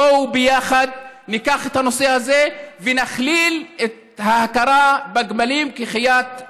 בואו ביחד ניקח את הנושא הזה ונכליל את ההכרה בגמלים כחיית